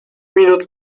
minut